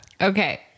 Okay